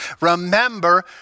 Remember